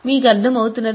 మీకు అర్థం అవుతుందా